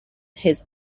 his